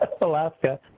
Alaska